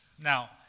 Now